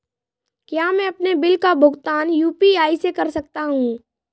क्या मैं अपने बिल का भुगतान यू.पी.आई से कर सकता हूँ?